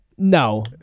No